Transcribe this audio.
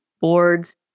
boards